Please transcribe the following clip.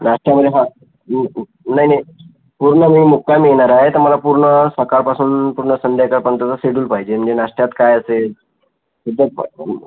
नाश्त्यामध्ये हां नाही नाही पूर्ण मी मुक्कामी येणार आहे तर मला पूर्ण सकाळपासून पूर्ण संध्याकाळपर्यंतचं सेड्यूल पाहिजे णे नाश्त्यात काय असेल